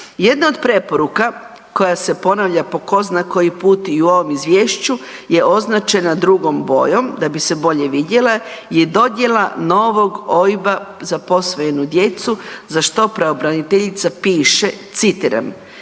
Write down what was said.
Jedna od preporuka koja se ponavlja po zna koji put i u ovom Izvješću je označena drugom bojom da bi se bolje vidjela je dodjela novog OIB-a za posvojenu djecu za što pravobraniteljica piše, citiram: